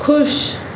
खु़शि